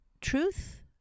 truth